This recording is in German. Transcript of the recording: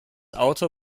auto